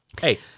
Hey